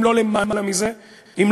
אם לא למעלה מזה.